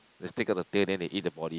they take out the tail then they eat the body